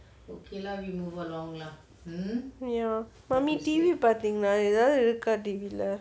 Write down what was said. ya mummy T_V பாத்திங்களா எதாவது இருக்கா:pathingala ethavathu irukkaa T_V leh